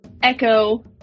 echo